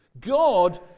God